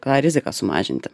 tą riziką sumažinti